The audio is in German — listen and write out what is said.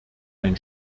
ein